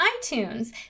iTunes